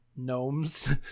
gnomes